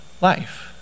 Life